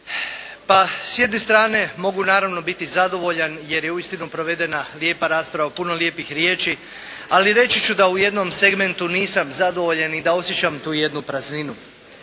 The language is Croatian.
S jedne strane mogu biti zadovoljan jer je provedena lijepa rasprava i puno lijepih riječi, ali reći ću da u jednom segmentu nisam zadovoljan i da osjećam tu jednu prazninu.